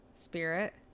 Spirit